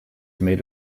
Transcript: made